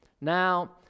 Now